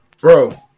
bro